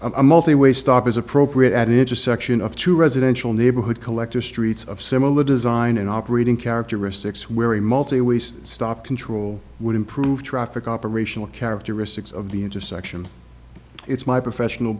a multi way stop is appropriate at intersection of two residential neighborhood collector streets of similar design and operating characteristics where we multiple ways stop control would improve traffic operational characteristics of the intersection it's my professional